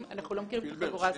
היא שהם לא מכירים את החגורה הזאת.